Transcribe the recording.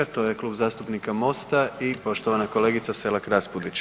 To je Klub zastupnika MOST-a i poštovana kolegica Selak Raspudić.